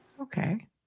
okay